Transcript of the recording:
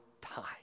time